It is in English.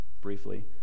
Briefly